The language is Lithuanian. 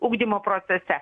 ugdymo procese